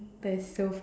that's so